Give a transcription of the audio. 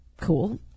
cool